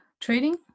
trading